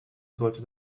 sollte